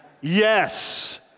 Yes